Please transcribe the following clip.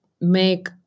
make